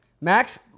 max